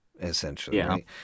essentially